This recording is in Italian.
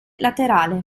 laterale